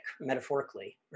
metaphorically